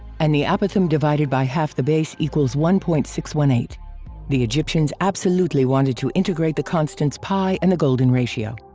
and the apothem divided by half the base equals one point six one eight the egyptians absolutely wanted to integrate the constants pi and the golden ratio.